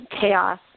chaos